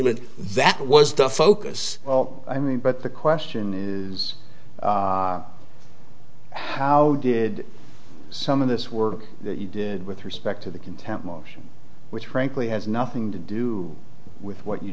agreement that was the focus well i mean but the question is how did some of this work that you did with respect to the content motion which frankly has nothing to do with what you